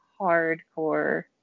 hardcore